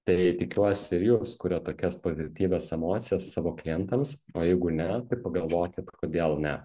tai tikiuosi ir jūs kuriat tokias pozityvias emocijas savo klientams o jeigu ne tai pagalvokit kodėl ne